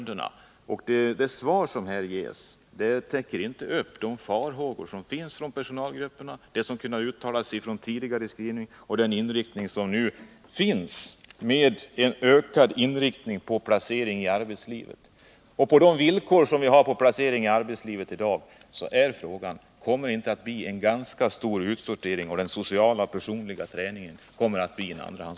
Det svar som här ges minskar inte farhågorna hos dessa personalgrupper när det gäller den inriktning med ökad placering i arbetslivet som nu finns. Med de villkor för placering i arbetslivet som vi i dag har är frågan om det inte blir en ganska stor utsortering och om inte den sociala och personliga träningen kommer i andra hand.